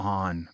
on